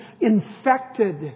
infected